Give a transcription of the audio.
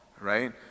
right